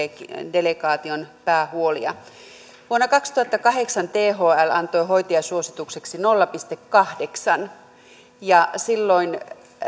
delegaation päähuolia vuonna kaksituhattakahdeksan thl antoi hoitajasuositukseksi nolla pilkku kahdeksan ja silloin